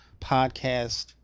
podcast